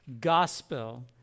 gospel